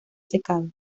secado